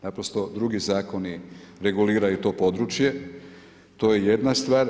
Naprosto drugi zakoni reguliraju to područje, to je jedna stvar.